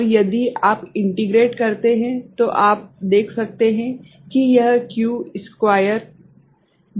और यदि आप इंटीग्रेट करते हैं तो आप देख सकते हैं कि यह q स्क्वायर भागित 12 है